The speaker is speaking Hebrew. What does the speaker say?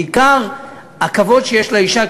בעיקר הכבוד שיש לאישה.